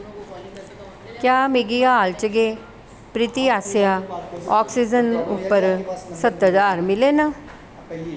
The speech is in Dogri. क्या मिगी हाल च गै प्रीती आसेआ आक्सीजन उप्पर स्हत्तर ज्हार मिले न